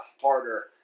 harder